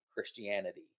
Christianity